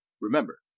Remember